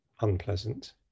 unpleasant